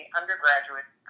undergraduate